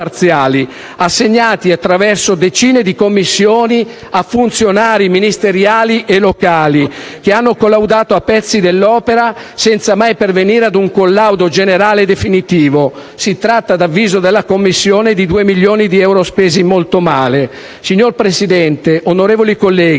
assegnati attraverso decine di commissioni a funzionari ministeriali e locali che hanno collaudato a pezzi l'opera, senza mai pervenire ad un collaudo generale e definitivo. Si tratta, ad avviso della Commissione, di 2 milioni di euro spesi molto male. Signor Presidente, onorevoli colleghi,